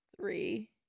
three